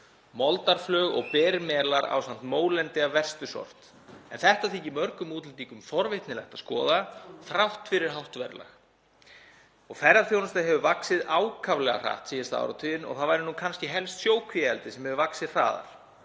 moldarflög og berir melar ásamt mólendi af verstu sort. En þetta þykir mörgum útlendingum forvitnilegt að skoða þrátt fyrir hátt verðlag. Ferðaþjónustan hefur vaxið ákaflega hratt síðasta áratuginn og það er kannski helst sjókvíaeldi sem hefur vaxið hraðar.